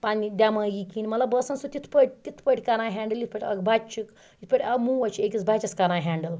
پَننہِ دٮ۪مٲغی کِنۍ مَطلَب بہٕ ٲسَن سُہ تِتھ پٲٹھۍ تِتھ پٲٹھۍ کَران ہینٛڈٕل یِتھ پٲٹھۍ اَکھ بَچہٕ چھُ یِتھ پٲٹھۍ اَکھ موج چھِ أکِس بَچَس کَران ہینٛڈٕل